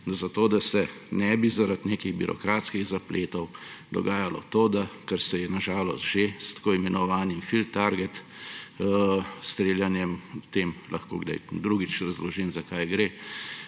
ostane. Da se ne bi zaradi nekih birokratskih zapletov dogajalo to, kar se je na žalost že s tako imenovanim field target streljanjem, o tem lahko kdaj drugič razložim, za kaj gre,